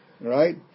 right